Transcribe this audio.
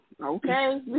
okay